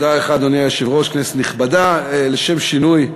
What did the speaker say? אדוני היושב-ראש, תודה לך, כנסת נכבדה, לשם שינוי,